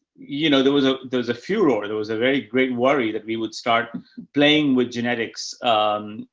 you know, there was a, there was a furor, there was a very great worry that we would start playing with genetics. um,